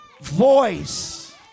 voice